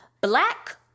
Black